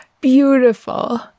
Beautiful